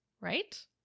right